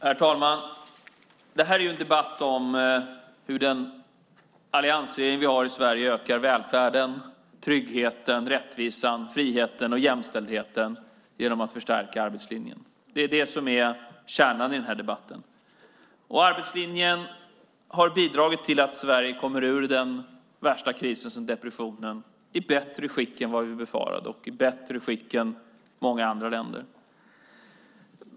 Herr talman! Det här är en debatt om hur den alliansregering vi har i Sverige ökar välfärden, tryggheten, rättvisan, friheten och jämställdheten genom att förstärka arbetslinjen. Det är det som är kärnan i debatten. Arbetslinjen har bidragit till att Sverige kommer ur den värsta krisen sedan depressionen i bättre skick än vad vi befarade och i bättre skick än många andra länder.